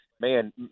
man